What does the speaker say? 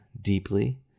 deeply